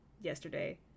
yesterday